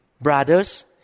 brothers